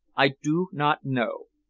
i do not know.